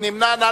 מי נמנע?